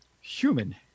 Human